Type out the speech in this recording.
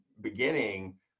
beginning